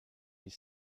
huit